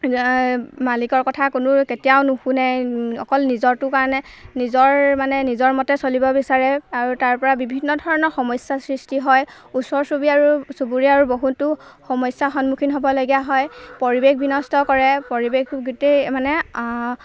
মালিকৰ কথা কোনো কেতিয়াও নুশুনে অকল নিজৰটো কাৰণে নিজৰ মানে নিজৰ মতে চলিব বিচাৰে আৰু তাৰপৰা বিভিন্ন ধৰণৰ সমস্যা সৃষ্টি হয় ওচৰ চুবুৰীয়াৰো চুবুৰীয়াৰ বহুতো সমস্যাৰ সন্মুখীন হ'বলগীয়া হয় পৰিৱেশ বিনষ্ট কৰে পৰিৱেশ গোটেই মানে